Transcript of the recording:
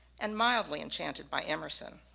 and mildly enchanted by emerson.